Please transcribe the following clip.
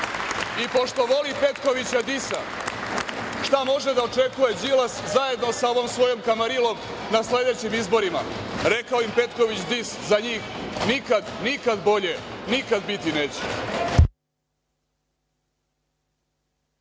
pošto voli Petkovića Disa, šta može da očekuje Đilas zajedno sa ovom svojom kamarilom na sledećim izborima. Rekao im Petković Dis, za njih nikada, nikada bolje, nikad biti neće.